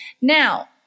Now